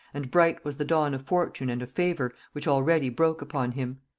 and bright was the dawn of fortune and of favor which already broke upon him.